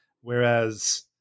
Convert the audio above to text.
Whereas